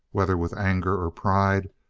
whether with anger or pride,